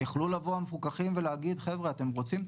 יכלו לבוא המפוקחים ולהגיד, חבר'ה, אתם רוצים?